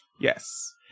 Yes